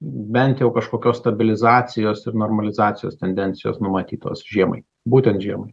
bent jau kažkokios stabilizacijos ir normalizacijos tendencijos numatytos žiemai būtent žiemai